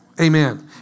Amen